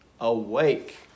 awake